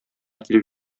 килеп